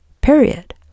period